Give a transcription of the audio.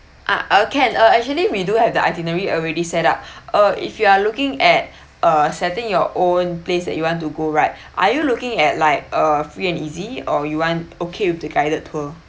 ah uh can uh actually we do have the itinerary already set up or if you are looking at uh setting your own place that you want to go right are you looking at like uh free and easy or you want okay with the guided tour